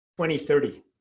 2030